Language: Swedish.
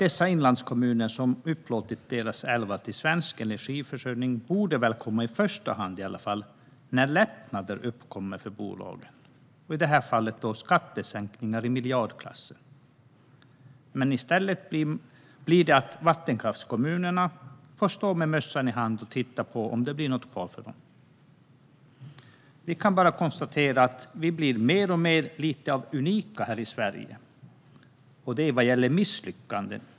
De inlandskommuner som har upplåtit sina älvar till svensk energiförsörjning borde komma i första hand när lättnader uppkommer för bolag - i det här fallet skattesänkningar i miljardklassen. I stället får vattenkraftskommunerna stå med mössan i hand och titta på och hoppas att det blir något kvar till dem. Vi kan bara konstatera att vi blir mer och mer unika här i Sverige när det gäller misslyckanden.